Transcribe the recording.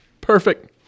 Perfect